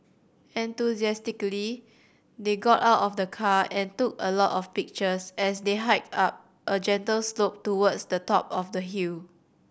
enthusiastically they got out of the car and took a lot of pictures as they hiked up a gentle slope towards the top of the hill